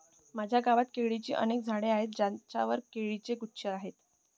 माझ्या गावात केळीची अनेक झाडे आहेत ज्यांवर केळीचे गुच्छ आहेत